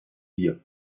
hier